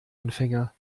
anfänger